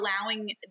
Allowing